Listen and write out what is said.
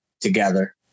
together